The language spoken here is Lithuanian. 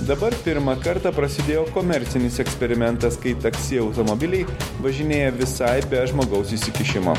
dabar pirmą kartą prasidėjo komercinis eksperimentas kai taksi automobiliai važinėja visai be žmogaus įsikišimo